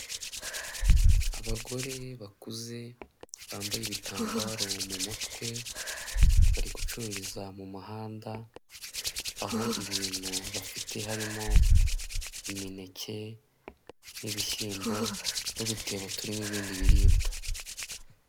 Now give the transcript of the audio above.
Abagore bakuze bambaye ibitambaro mu mutwe bari gucururiza mu muhanda aho ibintu bafite harimo imineke, ibishyimbo n'udutebo turimo ibindi biribwa.